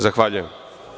Zahvaljujem.